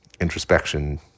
introspection